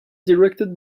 directed